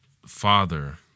Father